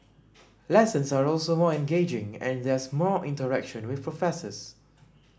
lessons are also more engaging and there's more interaction with professors